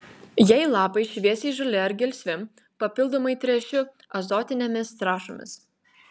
jei lapai šviesiai žali ar gelsvi papildomai tręšiu azotinėmis trąšomis